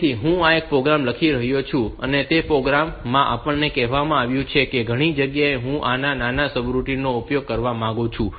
તેથી હું એક પ્રોગ્રામ લખી રહ્યો છું અને તે પ્રોગ્રામ માં આપણને કહેવામાં આવ્યું છે કે ઘણી જગ્યાએ હું આ નાના રૂટિન નો ઉપયોગ કરવા માંગુ છું